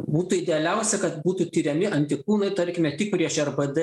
būtų idealiausia kad būtų tiriami antikūnai tarkime tik prieš rbd